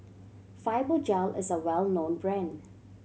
Fibogel is a well known brand